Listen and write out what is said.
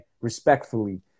respectfully